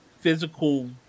physical